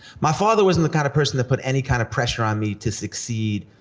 my father wasn't the kind of person to put any kind of pressure on me to succeed.